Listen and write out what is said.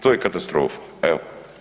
To je katastrofa evo.